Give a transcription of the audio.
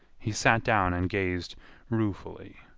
he sat down and gazed ruefully.